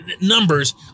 numbers